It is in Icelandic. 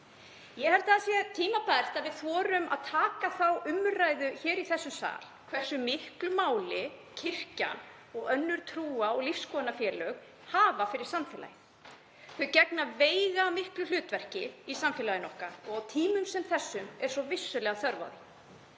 Ég held að það sé tímabært að við þorum að taka þá umræðu í þessum sal hversu miklu máli kirkjan og önnur trúar- og lífsskoðunarfélög skipta fyrir samfélagið. Þau gegna veigamiklu hlutverki í samfélagi okkar og á tímum sem þessum er vissulega þörf